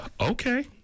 okay